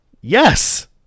Yes